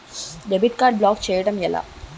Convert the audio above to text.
Debit card block చేయటం ఎలా?